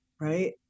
right